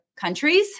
countries